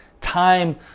time